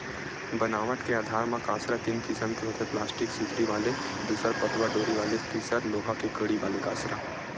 बनावट के आधार म कांसरा तीन किसम के होथे प्लास्टिक सुतरी वाले दूसर पटवा डोरी वाले तिसर लोहा के कड़ी वाले कांसरा